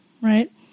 right